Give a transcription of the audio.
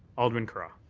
alderman carra.